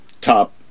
top